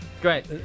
Great